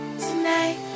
tonight